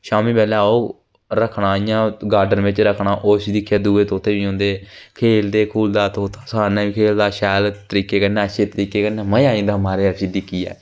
शामीं बेल्लै औग रक्खना इ'यां गार्डन बिच्च रक्खना उसी दिक्खियै दूए तोते बी औंदे खेलदे खूलदा तोता साढ़े नै बी खेलदा शैल ते तरीके कन्नै अच्छे तरीके कन्नै मजा आई जंदा म्हाराज उसी दिक्खियै